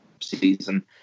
season